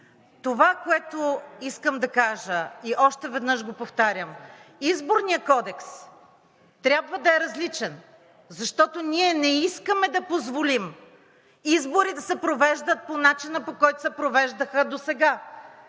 Това, което искам да кажа, и още веднъж повтарям: Изборният кодекс трябва да е различен, защото ние не искаме да позволим избори да се провеждат по начина, по който се провеждаха досега.